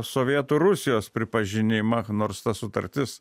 sovietų rusijos pripažinimą nors ta sutartis